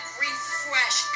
refresh